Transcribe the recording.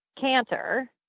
canter